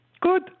Good